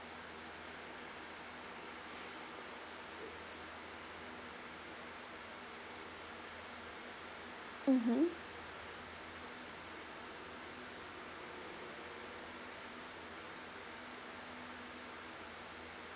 mmhmm